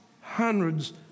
hundreds